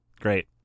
Great